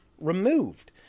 removed